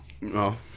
No